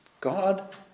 God